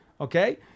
Okay